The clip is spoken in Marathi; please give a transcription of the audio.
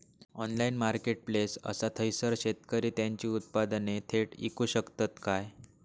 ऑनलाइन मार्केटप्लेस असा थयसर शेतकरी त्यांची उत्पादने थेट इकू शकतत काय?